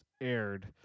aired